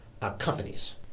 companies